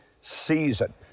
season